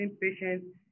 patients